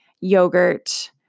yogurt